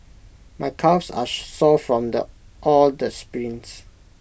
my calves are sore from the all the sprints